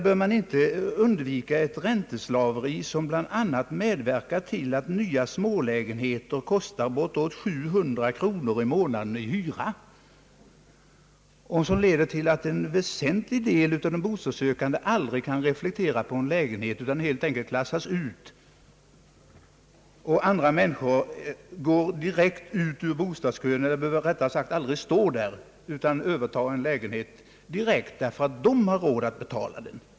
Bör man inte undvika ett ränteslaveri, som bl.a. medverkar till att nya smålägenheter kostar bortåt 700 kronor i månaden i hyra och som leder till att en väsentlig del av de bostadssökande aldrig kan reflektera på en lägenhet, utan helt enkelt klassas ut, medan andra människor går direkt ur bostadskön — eller aldrig behöver stå där — och övertar en lägenhet därför att de har råd att betala den?